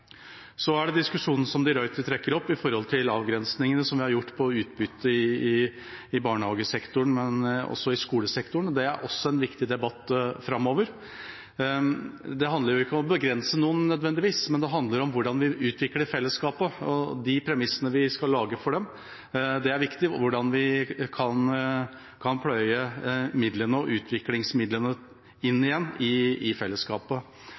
Så trekker de Ruiter opp en diskusjon om avgrensningene vi har gjort når det gjelder å ta ut utbytte i barnehagesektoren, men også i skolesektoren. Det blir også en viktig debatt framover. Det handler ikke nødvendigvis om å begrense noen, men det handler om hvordan vi utvikler fellesskapet, om de premissene vi skal sette for det – det er viktig – og hvordan vi kan pløye midlene og utviklingsmidlene inn igjen i fellesskapet.